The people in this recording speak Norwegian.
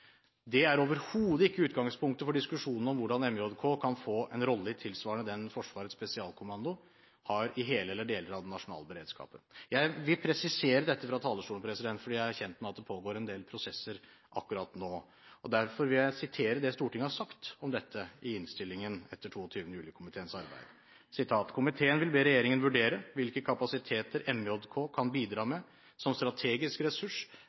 Det er overhodet ikke utgangspunktet for diskusjonen om hvordan MJK kan få en rolle tilsvarende den Forsvarets Spesialkommando har i hele eller deler av den nasjonale beredskapen. Jeg vil presisere dette fra talerstolen, fordi jeg er kjent med at det pågår en del prosesser akkurat nå. Derfor vil jeg sitere det Stortinget har sagt om dette i innstillingen etter 22. juli-komiteens arbeid: «Komiteen vil be regjeringen vurdere hvilke kapasiteter MJK kan bidra med som strategisk ressurs